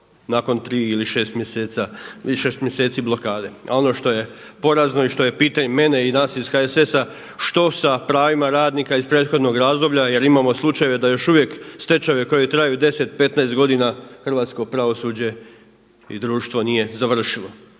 nakon tri ili šest mjeseci blokade. A ono što je porazno i što pitaju mene i nas ih HSS-a što sa pravima radnika iz prethodnog razdoblja, jer imamo slučajeve da još uvijek stečajeve koji traju 10, 15 godina hrvatsko pravosuđe i društvo nije završilo.